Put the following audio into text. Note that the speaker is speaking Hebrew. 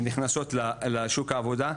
נכנסות לשוק העבודה.